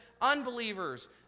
unbelievers